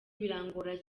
birangora